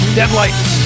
deadlights